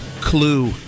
clue